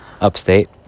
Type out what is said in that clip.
upstate